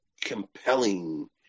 compelling